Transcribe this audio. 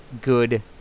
good